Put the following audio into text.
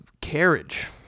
carriage